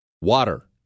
Water